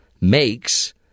makes